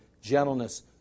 gentleness